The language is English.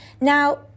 Now